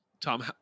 Tom